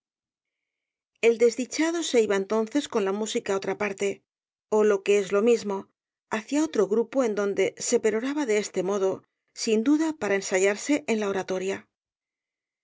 el desdichado se iba entonces con la música á otra parte ó lo que es lo mismo hacía otro grupo en donde se peroraba de este modo sin duda para ensayarse en la oratoria